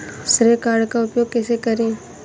श्रेय कार्ड का उपयोग कैसे करें?